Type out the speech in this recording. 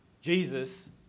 Jesus